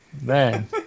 Man